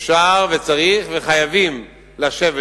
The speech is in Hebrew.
אפשר וצריך וחייבים לשבת,